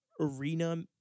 arena